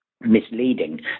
misleading